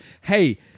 hey-